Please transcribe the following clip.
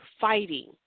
fighting